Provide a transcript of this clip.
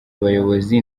abayobozi